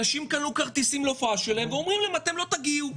אנשים קנו כרטיסים להופעה שלהם ואומרים להם: אתם לא תגיעו,